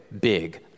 big